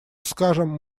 скажем